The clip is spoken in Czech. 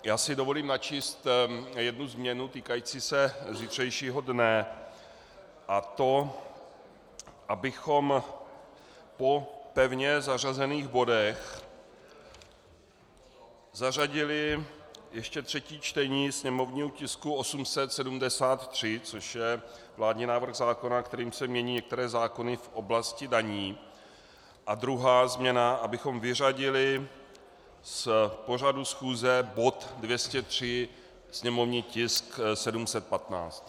Já si dovolím načíst jednu změnu týkající se zítřejšího dne, a to abychom po pevně zařazených bodech zařadili ještě třetí čtení sněmovního tisku 873, což je vládní návrh zákona, kterým se mění některé zákony v oblasti daní, a druhá změna, abychom vyřadili z pořadu schůze bod 203, sněmovní tisk 715.